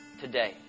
Today